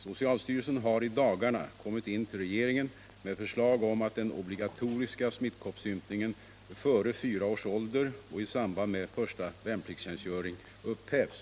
Socialstyrelsen har i dagarna kommit in till regeringen med förslag om att den obligatoriska smittkoppsympningen före fyra års ålder och i samband med första värnpliktstjänstgöring upphävs.